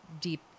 deep